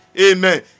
amen